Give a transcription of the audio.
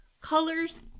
Colors